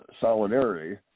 solidarity